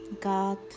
God